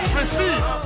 receive